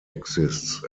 exists